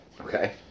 Okay